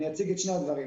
אני אציג את שני הדברים.